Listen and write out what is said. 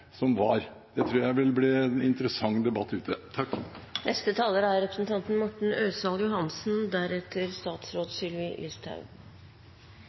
som var? Det tror jeg vil bli en interessant debatt ute. Jeg vil gjerne følge opp foregående taler,